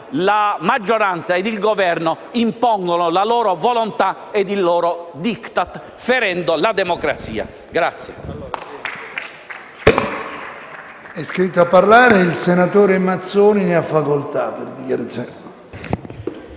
la maggioranza e il Governo impongono la loro volontà e il loro *Diktat* ferendo la democrazia.